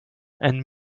and